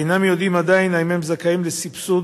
אינם יודעים עדיין אם הם זכאים לסבסוד